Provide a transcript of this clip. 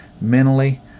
Mentally